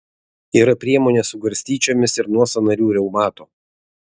yra priemonė su garstyčiomis ir nuo sąnarių reumato